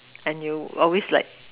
and you always like